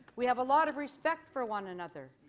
we have a lot of respect for one another.